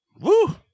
Woo